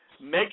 Make